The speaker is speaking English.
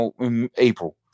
April